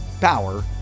power